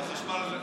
מה שנקרא,